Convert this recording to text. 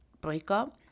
breakup